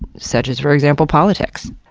such as for example politics.